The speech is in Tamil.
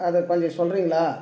அதை கொஞ்சம் சொல்கிறீங்களா